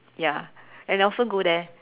ya and I often go there